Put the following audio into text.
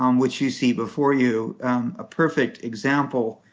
um which you see before you a perfect example